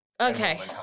okay